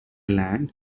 land